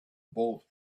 both